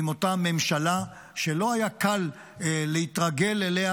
עם אותה ממשלה שלא היה קל להתרגל אליה,